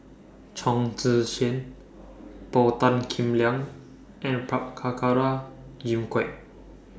Chong Tze Chien Paul Tan Kim Liang and Prabhakara Jimmy Quek